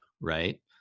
right